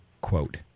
quote